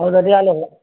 ಹೌದು ಅದು